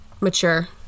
Mature